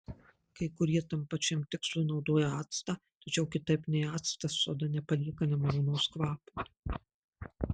kai kurie tam pačiam tikslui naudoja actą tačiau kitaip nei actas soda nepalieka nemalonaus kvapo